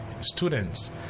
students